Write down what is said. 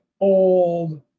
old